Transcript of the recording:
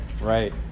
Right